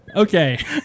Okay